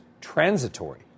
transitory